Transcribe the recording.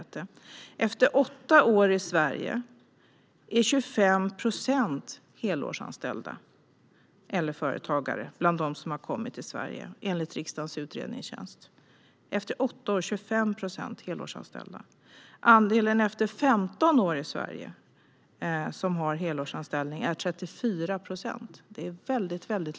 Bland dem som har kommit till Sverige är efter åtta år i Sverige 25 procent helårsanställda eller företagare, enligt riksdagens utredningstjänst. Andelen som efter 15 år i Sverige har helårsanställning är 34 procent. Det är väldigt lite.